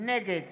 נגד